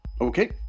Okay